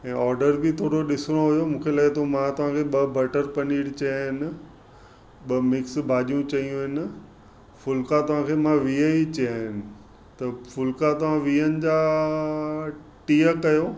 ऐं ऑडर बि थोरो ॾिसिणो हुओ मूंखे लॻे थो मां तव्हांखे ॿ बटर पनीर चयां आहिनि ॿ मिक्स भाॼियूं चयूं आहिनि फुलिका तव्हांखे मां वीह ई चयां आहिनि त फुलिका तव्हां वीहनि जा टीह कयो